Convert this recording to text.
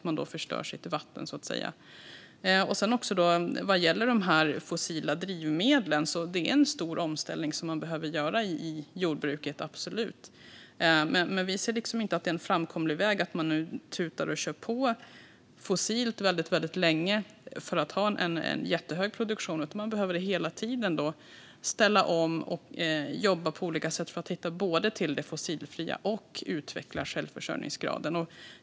När det gäller fossila drivmedel behöver man absolut göra en stor omställning i jordbruket. Men vi ser inte att det är framkomlig väg att man tutar och kör på med fossila drivmedel väldigt länge för att ha en jättehög produktion, utan man behöver hela tiden ställa om och jobba på olika sätt för att både hitta till det fossilfria och utveckla självförsörjningsgraden.